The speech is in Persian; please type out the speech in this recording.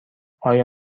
آیا